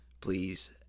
Please